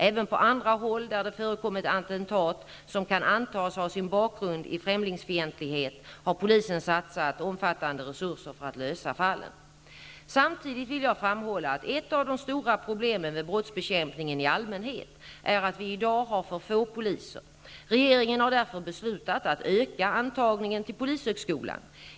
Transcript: Även på andra håll där det förekommit attentat som kan antas ha sin bakgrund i främlingsfientlighet har polisen satsat omfattande resurser för att lösa fallen. Samtidigt vill jag framhålla att ett av de stora problemen vid brottsbekämpning i allmänhet är att vi i dag har för få poliser. Regeringen har därför beslutat att öka antagningen till polishögskolan.